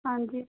ਹਾਂਜੀ